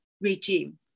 regime